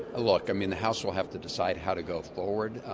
look, i mean the house will have to decide how to go forward.